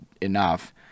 enough